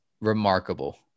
remarkable